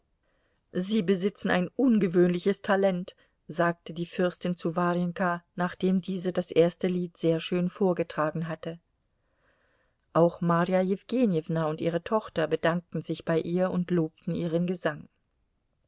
sie besitzen ein ungewöhnliches talent sagte die fürstin zu warjenka nachdem diese das erste lied sehr schön vorgetragen hatte auch marja jewgenjewna und ihre tochter bedankten sich bei ihr und lobten ihren gesang